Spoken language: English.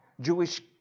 Jewish